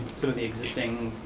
sort of be existing,